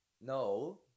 no